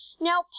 now